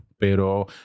Pero